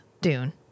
Dune